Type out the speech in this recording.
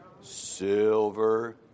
silver